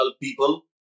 people